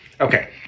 Okay